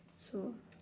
so